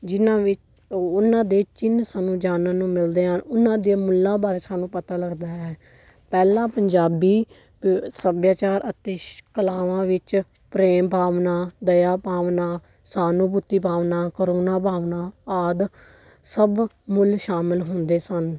ਜਿਹਨਾਂ ਵਿੱਚ ਉਹਨਾਂ ਦੇ ਚਿੰਨ੍ਹ ਸਾਨੂੰ ਜਾਣਨ ਨੂੰ ਮਿਲਦੇ ਹਨ ਉਹਨਾਂ ਦਿਆਂ ਮੁੱਲਾਂ ਬਾਰੇ ਸਾਨੂੰ ਪਤਾ ਲੱਗਦਾ ਹੈ ਪਹਿਲਾਂ ਪੰਜਾਬੀ ਸੱਭਿਆਚਾਰ ਅਤੇ ਸ਼ ਕਲਾਵਾਂ ਵਿੱਚ ਪ੍ਰੇਮ ਭਾਵਨਾ ਦਇਆ ਭਾਵਨਾ ਸਾਹਨੋਬੁੱਤੀ ਭਾਵਨਾ ਕਰੁਣਾ ਭਾਵਨਾ ਆਦਿ ਸਭ ਮੁੱਲ ਸ਼ਾਮਿਲ ਹੁੰਦੇ ਸਨ